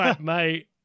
mate